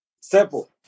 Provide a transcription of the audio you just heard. Simple